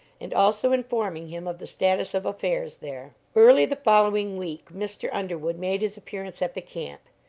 and also informing him of the status of affairs there. early the following week mr. underwood made his appearance at the camp,